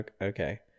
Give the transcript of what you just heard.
okay